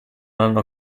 hanno